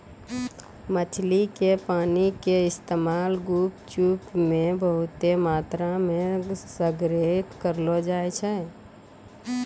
इमली के पानी के इस्तेमाल गुपचुप मे बहुते मात्रामे सगरे करलो जाय छै